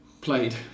played